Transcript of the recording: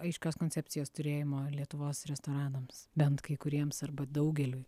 aiškios koncepcijos turėjimo lietuvos restoranams bent kai kuriems arba daugeliui